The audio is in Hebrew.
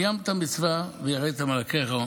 קיימת מצווה: "ויראת מאלהיך",